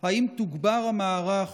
5. האם תוגבר המערך